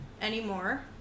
anymore